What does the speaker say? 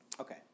Okay